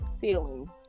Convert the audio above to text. feeling